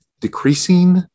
decreasing